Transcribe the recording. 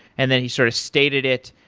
and then he sort of stated it.